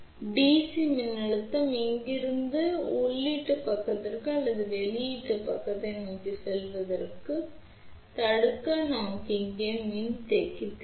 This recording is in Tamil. டிசி மின்னழுத்தம் இங்கிருந்து உள்ளீட்டு பக்கத்திற்கு அல்லது வெளியீட்டு பக்கத்தை நோக்கி செல்வதைத் தடுக்க இங்கே நாம் மின்தேக்கி தேவை